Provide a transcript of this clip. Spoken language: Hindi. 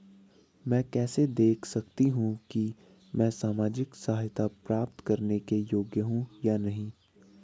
मैं कैसे देख सकती हूँ कि मैं सामाजिक सहायता प्राप्त करने के योग्य हूँ या नहीं?